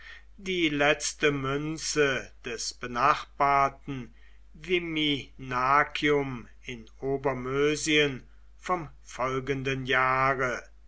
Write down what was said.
die letzte münze des benachbarten viminacium in obermösien vom folgenden jahre